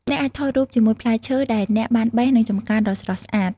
អ្នកអាចថតរូបជាមួយផ្លែឈើដែលអ្នកបានបេះនិងចម្ការដ៏ស្រស់ស្អាត។